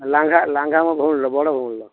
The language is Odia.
ଲାଙ୍ଘା ଲାଙ୍ଘା ମୋ ଭଉଣୀର ବଡ଼ ଭଉଣୀର